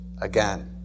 again